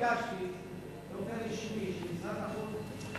אני ביקשתי באופן רשמי ממשרד החוץ,